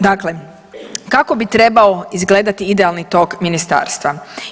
Dakle, kako bi trebao izgledati idealni tok Ministarstva?